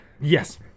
Yes